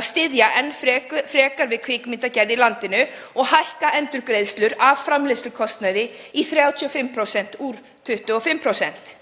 að styðja enn frekar við kvikmyndagerð í landinu og hækka endurgreiðslur af framleiðslukostnaði í 35% úr 25%.